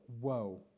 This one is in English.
whoa